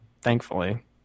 thankfully